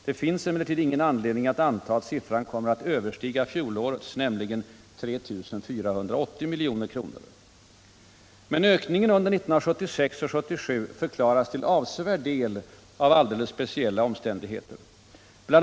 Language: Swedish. Det finns emellertid ingen anledning att anta att siffran kommer att överstiga fjolårets, nämligen 3 480 milj.kr. Men ökningen under 1976 och 1977 förklaras till avsevärd del av alldeles speciella omständigheter. Bl.